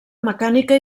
mecànica